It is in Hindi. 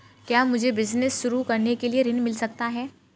क्या मुझे बिजनेस शुरू करने के लिए ऋण मिल सकता है?